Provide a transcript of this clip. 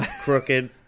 Crooked